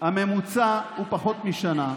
הממוצע הוא פחות משנה,